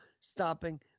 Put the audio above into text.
stopping